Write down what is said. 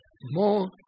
more